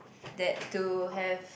that to have